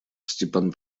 степан